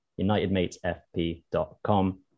unitedmatesfp.com